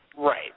Right